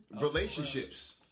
relationships